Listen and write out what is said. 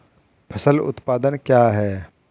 फसल उत्पादन क्या है?